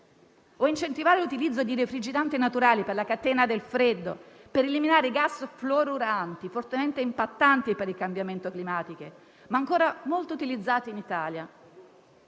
incentivare l'utilizzo di refrigeranti naturali per la catena del freddo, per eliminare i gas fluorurati fortemente impattanti per il cambiamento climatico, ma ancora molto utilizzati in Italia.